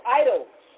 idols